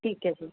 ਠੀਕ ਹੈ ਜੀ